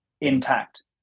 intact